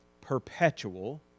Perpetual